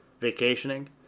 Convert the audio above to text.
vacationing